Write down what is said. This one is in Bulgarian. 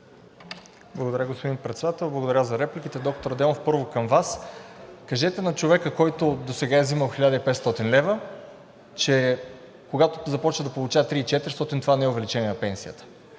Благодаря, господин Председател. Благодаря за репликата. Доктор Адемов, първо към Вас. Кажете на човека, който досега е взимал 1500 лв., че когато започне да получава 3400 лв., това не е увеличение на пенсията.